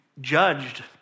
judged